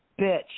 bitch